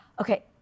okay